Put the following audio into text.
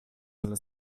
nella